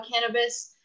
cannabis